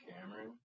Cameron